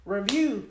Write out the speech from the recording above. Review